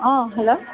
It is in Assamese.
অঁ হেল্ল'